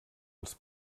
als